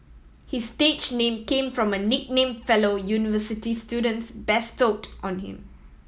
his stage name came from a nickname fellow university students bestowed on him